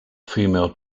female